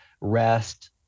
rest